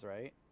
right